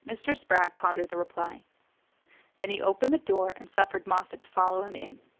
mr. spragg pondered the reply then he opened the door and suffered moffatt to follow him in.